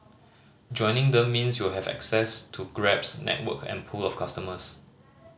joining them means you'll have access to Grab's network and pool of customers